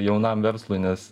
jaunam verslui nes